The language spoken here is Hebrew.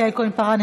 יעל כהן-פארן,